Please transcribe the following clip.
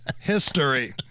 history